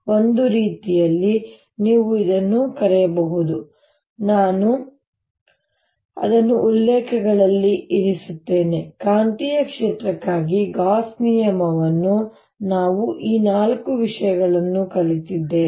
ಒಂದು ರೀತಿಯಲ್ಲಿ ನೀವು ಇದನ್ನು ಕರೆಯಬಹುದು ನಾನು ಅದನ್ನು ಉಲ್ಲೇಖಗಳಲ್ಲಿ ಇರಿಸುತ್ತೇನೆ ಕಾಂತೀಯ ಕ್ಷೇತ್ರಕ್ಕಾಗಿ ಗಾಸ್ ನಿಯಮವನ್ನು ನಾವು ಈ ನಾಲ್ಕು ವಿಷಯಗಳನ್ನು ಕಲಿತಿದ್ದೇವೆ